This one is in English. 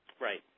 Right